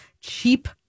cheap